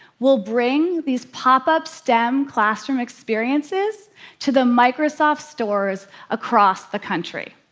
we'll bring these pop-up stem classroom experiences to the microsoft stores across the country.